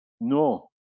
No